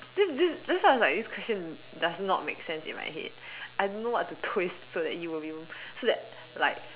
this this that's why I was like this question does not make sense in my head I don't know what to twist so that you will be so that like